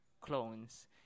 clones